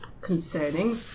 concerning